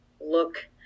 look